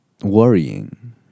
Worrying